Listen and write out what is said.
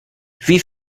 wie